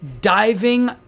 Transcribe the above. diving